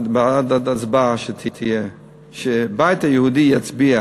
עד ההצבעה, שהבית היהודי יצביע